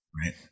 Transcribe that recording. Right